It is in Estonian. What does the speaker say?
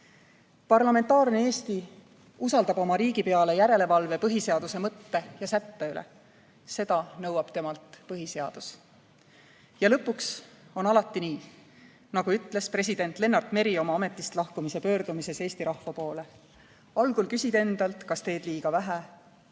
Parlamentaarne Eesti usaldab oma riigipeale järelevalve põhiseaduse mõtte ja sätte üle. Seda nõuab temalt põhiseadus. Ja lõpuks on alati nii, nagu ütles president Lennart Meri oma ametist lahkumise pöördumises Eesti rahva poole: "Algul küsid endalt, kas teed liiga vähe.